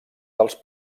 dels